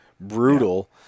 brutal